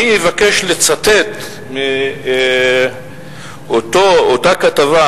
אני אבקש לצטט מאותה כתבה